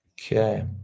Okay